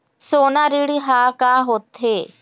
सोना ऋण हा का होते?